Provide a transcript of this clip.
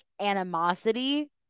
animosity